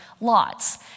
lots